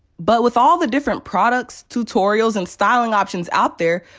but with all the different products, tutorials, and styling options out there,